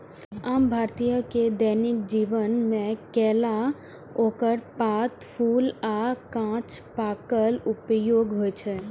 आम भारतीय के दैनिक जीवन मे केला, ओकर पात, फूल आ कांच फलक उपयोग होइ छै